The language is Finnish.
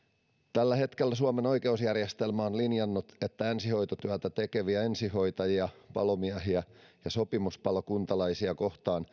tällä hetkellä suomen oikeusjärjestelmä on linjannut että ensihoitotyötä tekeviä ensihoitajia palomiehiä ja sopimuspalokuntalaisia kohtaan